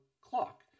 clock